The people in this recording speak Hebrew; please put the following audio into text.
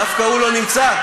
דווקא הוא לא נמצא?